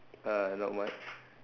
uh not much